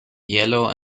yellow